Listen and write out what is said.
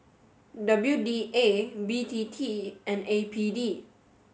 W D A B T T and A P D